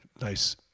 nice